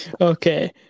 Okay